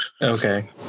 Okay